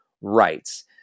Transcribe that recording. rights